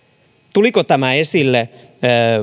tuliko tämä esille